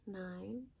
nine